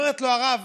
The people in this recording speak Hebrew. אומרת לו: הרב,